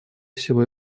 всего